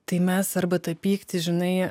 tai mes arba tą pyktį žinai